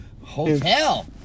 Hotel